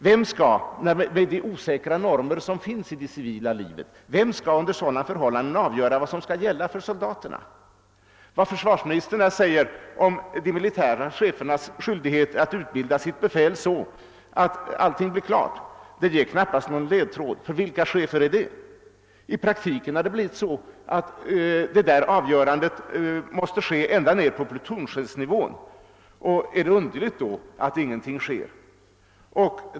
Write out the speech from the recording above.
Vem skall med de osäkra normer som finns i det civila livet avgöra vad som skall gälla för soldaterna? Vad försvarsministern säger om de militära chefernas skyldigheter att utbilda sitt befäl så att allting blir klart ger knappast någon ledtråd. Ty vilka chefer är det? I praktiken har det blivit så att avgörandet måste ske ända nere på plutonchefsnivå. Är det underligt. då att ingenting sker?